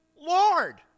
Lord